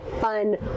fun